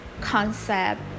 concept